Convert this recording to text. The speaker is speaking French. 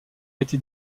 été